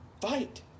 Fight